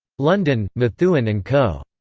london methuen and co.